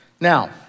Now